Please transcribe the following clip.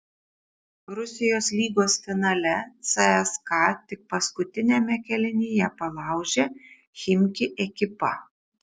rusijos lygos finale cska tik paskutiniame kėlinyje palaužė chimki ekipą